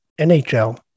NHL